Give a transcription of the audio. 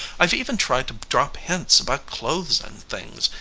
i've even tried to drop hints about clothes and things,